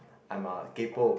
I'm a kaypo